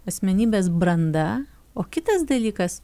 asmenybės branda o kitas dalykas